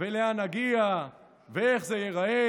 ולאן נגיע ואיך זה ייראה.